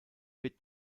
wird